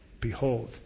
Behold